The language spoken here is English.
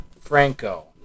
Franco